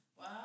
Wow